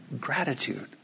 gratitude